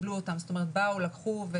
זאת אומרת באו ולקחו,